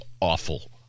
awful